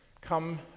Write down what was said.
come